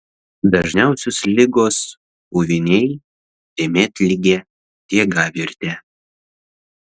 dažniausios ligos puviniai dėmėtligė diegavirtė